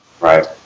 Right